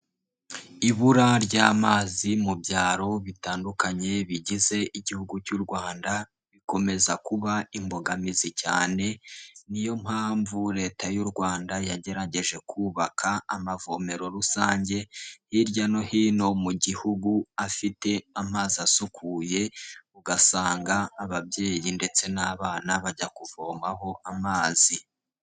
Ibura ry'amazi mu byaro bitandukanye bigize igihugu cy'u Rwanda, bikomeza kuba imbogamizi cyane, niyo mpamvu Leta y'u Rwanda yagerageje kubaka amavomero rusange hirya no hino mu gihugu afite amazi asukuye, ugasanga ababyeyi ndetse n'abana bajya kuvomaho amazi.